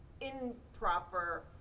improper